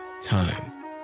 time